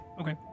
Okay